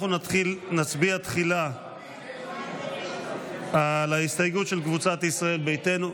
אנחנו נצביע תחילה על ההסתייגות של קבוצת ישראל ביתנו.